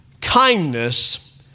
Kindness